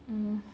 mm